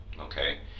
okay